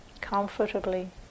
comfortably